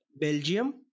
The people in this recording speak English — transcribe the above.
Belgium